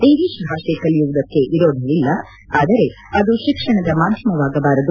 English ಭಾಷೆ ಕಲಿಯುವುದಕ್ಕೆ ವಿರೋಧ ವಿಲ್ಲ ಅದರೆ ಅದು ಶಿಕ್ಷಣದ ಮಾಧ್ಯಮವಾಗಬಾರದು